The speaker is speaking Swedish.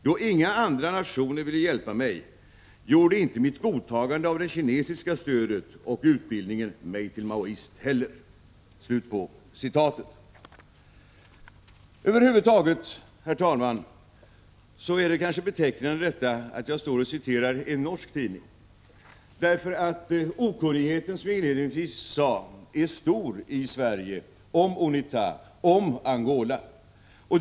Då inga andra nationer ville hjälpa mig gjorde inte mitt godtagande av det kinesiska stödet och utbildningen mig till maoist heller.” Över huvud taget är det kanske, herr talman, betecknande att jag citerar en norsk tidning, därför att okunnigheten är, som jag inledningsvis sade, stor i Sverige om UNITA och Angola.